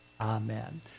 Amen